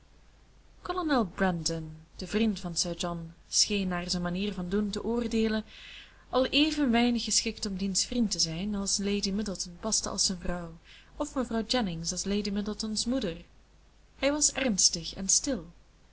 brandon de vriend van sir john scheen naar zijn manier van doen te oordeelen al even weinig geschikt om diens vriend te zijn als lady middleton paste als zijn vrouw of mevrouw jennings als lady middleton's moeder hij was ernstig en stil